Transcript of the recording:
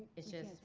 it's just.